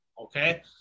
okay